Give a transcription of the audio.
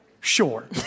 sure